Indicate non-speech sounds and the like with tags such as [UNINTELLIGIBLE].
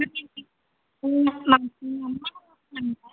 [UNINTELLIGIBLE] ma'am எங்கள் அம்மாவோட number